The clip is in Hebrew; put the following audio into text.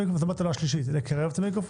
פרק ט': ניקוז